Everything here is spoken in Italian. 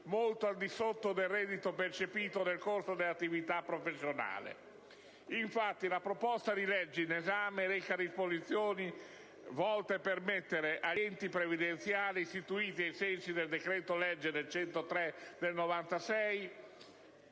molto al di sotto del reddito percepito nel corso dell'attività professionale. Infatti, il disegno di legge in esame reca disposizioni volte a permettere agli enti previdenziali istituiti ai sensi del decreto legislativo n. 103 del 1996